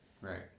right